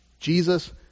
Jesus